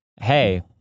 Hey